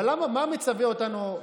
בהווה.